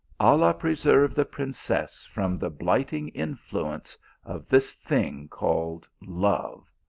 allah preserve the princess from the blighting influence of this thing called love.